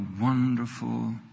wonderful